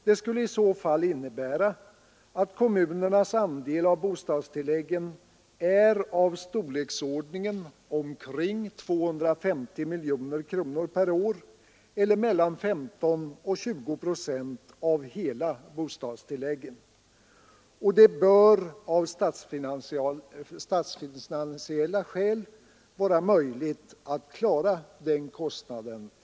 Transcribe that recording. Det skulle i så fall innebära att kommunernas andel av bostadstilläggen är av storleksordningen 250 miljoner kronor per år, eller mellan 15 och 20 procent av de totala bostadstilläggen, och det bör vara möjligt för staten att klara den kostnaden.